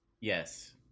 Yes